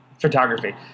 Photography